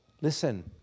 Listen